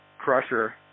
crusher